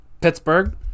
pittsburgh